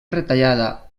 retallada